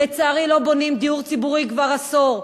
לצערי, לא בונים דיור ציבורי כבר עשור.